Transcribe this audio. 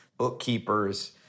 bookkeepers